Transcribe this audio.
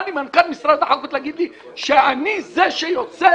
בא לי מנכ"ל משרד החקלאות להגיד לי שאני זה שיוצר